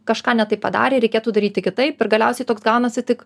kažką ne taip padarė reikėtų daryti kitaip ir galiausiai toks gaunasi tik